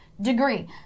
degree